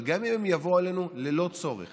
אבל גם אם הן יבואו עלינו ללא צורך